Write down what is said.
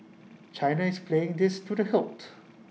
China is playing this to the hilt